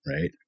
Right